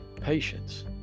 patience